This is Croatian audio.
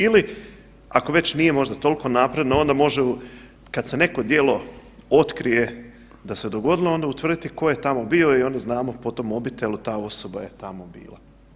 Ili ako već nije možda tolko napredna onda može kad se neko djelo otkrije da se dogodilo onda utvrditi ko je tamo bio i onda znamo po tom mobitelu ta osoba je tamo bila.